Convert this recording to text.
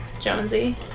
Jonesy